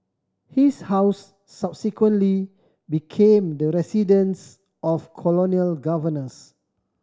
his house subsequently became the residence of colonial governors